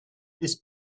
this